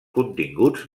continguts